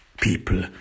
people